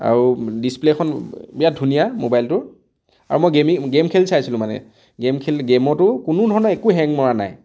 আৰু ডিচপ্লে'খন বিৰাট ধুনীয়া মোবাইলটোৰ আৰু মই গেমিং গেম খেলি চাইছিলোঁ মানে গেম খেলি গেমতো কোনো ধৰণৰ একো হেং মৰা নাই